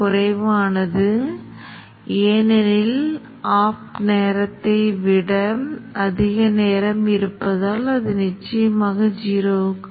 இப்போது நாம் இந்த நெட் கோப்பைப் பயன்படுத்தலாம் இந்த நிகரக் கோப்பு forward